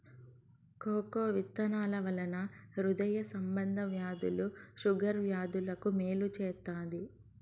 cocoa విత్తనాల వలన హృదయ సంబంధ వ్యాధులు షుగర్ వ్యాధులకు మేలు చేత్తాది